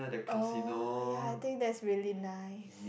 oh ya I think that's really nice